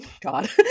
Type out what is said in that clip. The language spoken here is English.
God